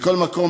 מכל מקום,